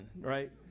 right